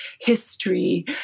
history